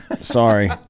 Sorry